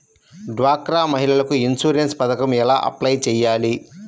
డ్వాక్రా మహిళలకు ఇన్సూరెన్స్ పథకం ఎలా అప్లై చెయ్యాలి?